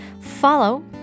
Follow